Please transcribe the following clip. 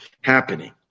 happening